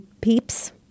peeps